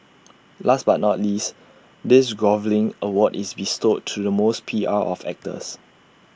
last but not least this groveling award is bestowed to the most P R of actors